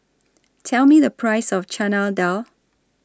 Tell Me The Price of Chana Dal